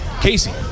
Casey